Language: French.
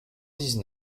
dix